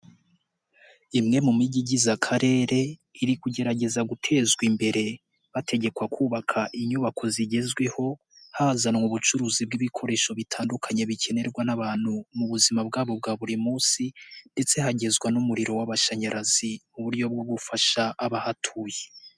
Imwe mu mijyi igize akarere, iri kugerageza gutezwa imbere, bategekwa kubaka inyubako zigezweho, hazanwa ubucuruzi bw'ibikoresho bitandukanye bikenerwa n'abantu mu buzima bwabo bwa buri munsi ndetse hangizwa n'umuriro w'amashanyarazi, uburyo bwo gufasha abahatuye.